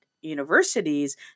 universities